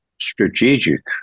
strategic